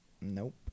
Nope